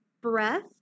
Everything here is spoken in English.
breath